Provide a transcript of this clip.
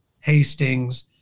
Hastings